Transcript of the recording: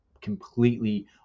completely